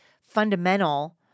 fundamental